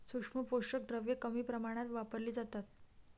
सूक्ष्म पोषक द्रव्ये कमी प्रमाणात वापरली जातात